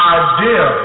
idea